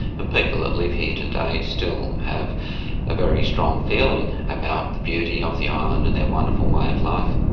and people that live here today still have a very strong feeling about the beauty of the island and their wonderful way of life.